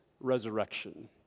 resurrection